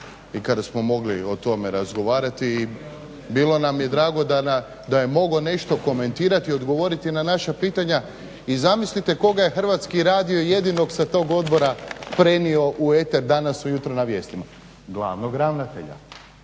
i kada smo mogli o tome razgovarati. Bilo nam je drago da je mogao nešto komentirati, odgovoriti na naša pitanja. I zamislite koga je Hrvatski radio jedinog sa tog odbora prenio u eter danas ujutro na vijestima?